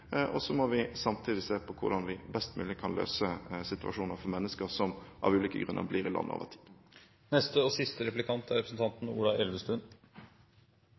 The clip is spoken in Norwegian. Så må vi samtidig se på hvordan vi best mulig kan løse situasjonen for mennesker som av ulike grunner blir i landet over tid. Ord er viktig i den politiske debatten, og